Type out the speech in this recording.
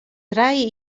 trije